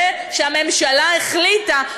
זה שהממשלה החליטה,